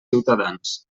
ciutadans